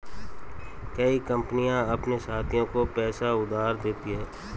कई कंपनियां अपने साथियों को पैसा उधार देती हैं